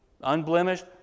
Unblemished